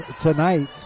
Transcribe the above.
tonight